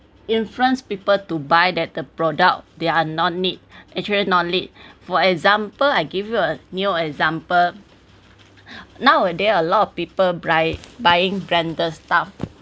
influence people to buy that the product they are not need actually not need for example I give you a new example nowadays a lot of people right buying branded stuff